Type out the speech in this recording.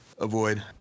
avoid